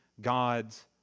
God's